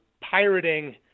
pirating –